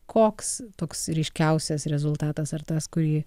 koks toks ryškiausias rezultatas ar tas kurį